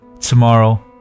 tomorrow